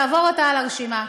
תעבור אתה על הרשימה.